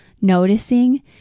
noticing